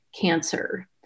cancer